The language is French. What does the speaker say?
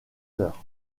heures